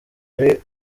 ari